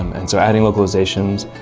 um and so adding localizations